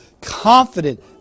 confident